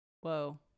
Whoa